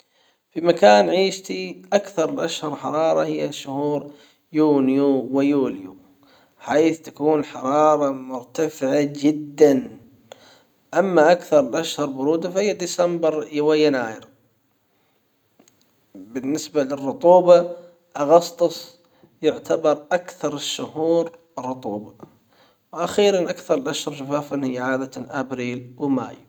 في مكان عيشتي اكثر باشهر حرارة هي شهور يونيو ويوليو حيث تكون الحرارة مرتفعة جدًا اما اكثر الاشهر برودة فهي ديسمبر يناير بالنسبة للرطوبة اغسطس يعتبر اكثر الشهور رطوبة واخيرًا اكثر الاشهر جفافا هي عادة ابريل ومايو.